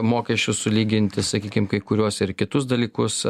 mokesčius sulyginti sakykim kai kuriuos ir kitus dalykus